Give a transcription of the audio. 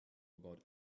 about